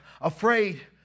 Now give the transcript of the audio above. afraid